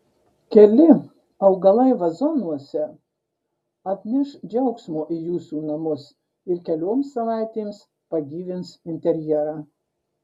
keli augalai vazonuose atneš džiaugsmo į jūsų namus ir kelioms savaitėms pagyvins interjerą